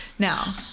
Now